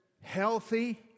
healthy